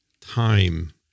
time